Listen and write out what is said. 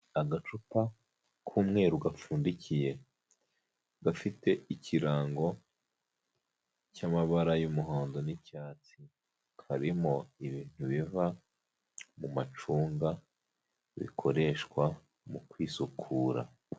Agacupa k'umweru gapfundikiye, gafite ikirango cy'amabara y'umuhondo n'icyatsi. Karimo ibintu biva mu macunga, bikoreshwa mu kwisukura.